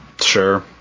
sure